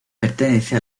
pertenece